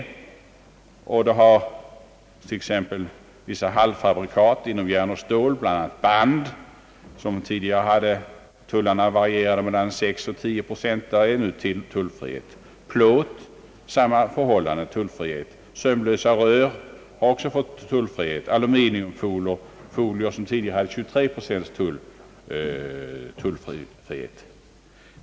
Detta gäller t.ex. vissa halvfabrikat på järnoch stålområdet, bl.a. band, för vilka tullarna tidigare varierade mellan 10 procent och 20 procent men vilka nu blivit tullfria. Samma förhållande gäller plåt, som nu blivit tullfri, liksom sömlösa rör och aluminiumfolier, på vilket tidigare utgick en 23 procentig tull.